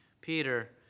Peter